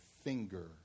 finger